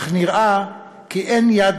אך נראה כי אין יד